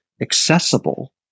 accessible